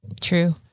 True